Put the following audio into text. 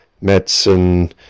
medicine